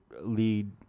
lead